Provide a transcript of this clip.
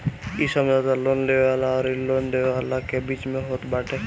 इ समझौता लोन लेवे वाला अउरी लोन देवे वाला के बीच में होत बाटे